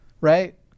Right